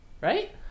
right